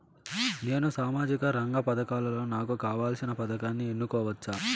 నేను సామాజిక రంగ పథకాలలో నాకు కావాల్సిన పథకాన్ని ఎన్నుకోవచ్చా?